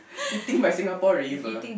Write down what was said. eating by Singapore-River